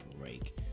break